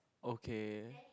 okay